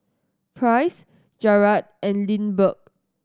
Price Jarad and Lindbergh